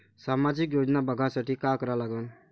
सामाजिक योजना बघासाठी का करा लागन?